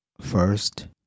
First